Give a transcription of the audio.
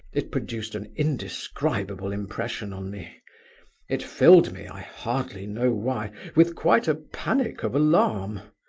it produced an indescribable impression on me it filled me, i hardly know why, with quite a panic of alarm.